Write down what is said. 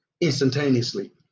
instantaneously